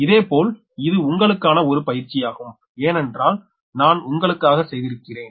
இதேபோல் இது உங்களுக்கான ஒரு பயிற்சியாகும் ஏனென்றால் நான் உங்களுக்காக செய்திருக்கிறேன்